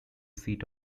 seat